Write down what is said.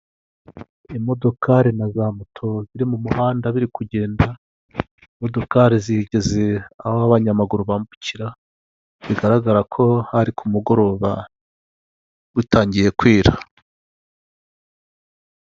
Imodoka na za moto biri mu muhanda biri kugenda, imodoka zigeze aho abanyamaguru bambukira bigaragara ko hari ku mugoroba butangiye kwira.